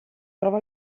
trova